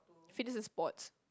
fitness and sports